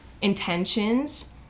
intentions